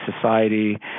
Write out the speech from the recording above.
society